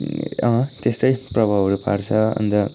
अँ त्यस्तै प्रभावहरू पार्छ अन्त